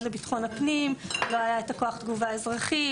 לביטחון הפנים: לא היה כוח התגובה האזרחי,